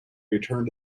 returned